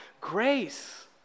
grace